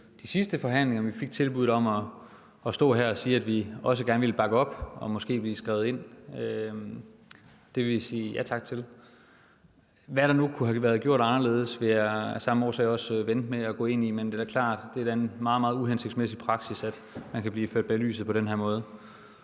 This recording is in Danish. de sidste forhandlinger. Men vi fik tilbuddet om at stå her og sige, at vi også gerne ville bakke op og måske blive skrevet ind, og det vil vi sige ja tak til. Hvad der nu kunne have været gjort anderledes, vil jeg af samme årsag vente med at gå ind i, men det er da klart, at det er en meget uhensigtsmæssig praksis, at man kan blive ført bag lyset på den her måde.